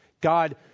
God